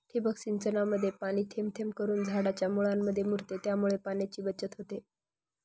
ठिबक सिंचनामध्ये पाणी थेंब थेंब करून झाडाच्या मुळांमध्ये मुरते, त्यामुळे पाण्याची बचत होते